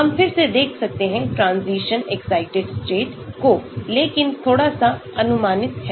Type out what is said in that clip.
हम फिर से देख सकते हैं ट्रांजिशन एक्साइटेड स्टेट को लेकिन थोड़ा सा अनुमानित है